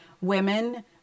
Women